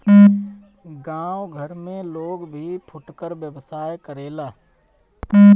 गांव घर में लोग भी फुटकर व्यवसाय करेला